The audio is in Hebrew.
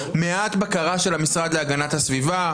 מעט בקרה של המשרד להגנת הסביבה.